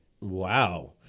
Wow